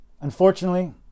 Unfortunately